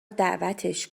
دعوتش